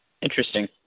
interesting